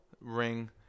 ring